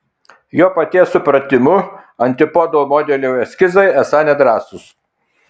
jo paties supratimu antipodo modelio eskizai esą nedrąsūs